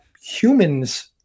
humans